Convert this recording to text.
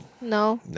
No